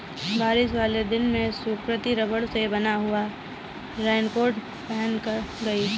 बारिश वाले दिन सुकृति रबड़ से बना हुआ रेनकोट पहनकर गई